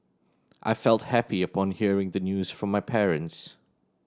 I felt happy upon hearing the news from my parents